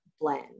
blend